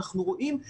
אנחנו רואים,